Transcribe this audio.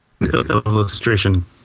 illustration